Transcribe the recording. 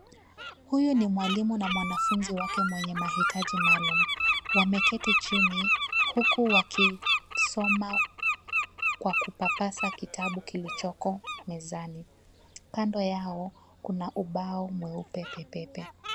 Huyu ni mwalimu na mwanafunzi wake mwenye mahitaji yake maalum. Wameketi chini huku wakisoma kwa kupapasa kitabu kilichoko mezani. Kando yao kuna ubao mweupe.